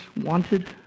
wanted